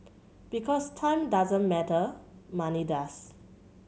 because time doesn't matter money does